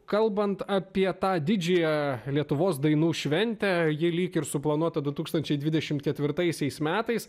kalbant apie tą didžiąją lietuvos dainų šventę ji lyg ir suplanuota du tūkstančiai dvidešim ketvirtaisiais metais